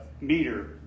meter